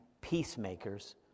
peacemakers